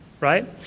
Right